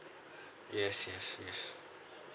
yes yes yes